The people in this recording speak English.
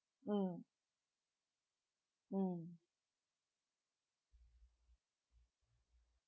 mm mm